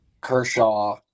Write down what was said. Kershaw